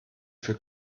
für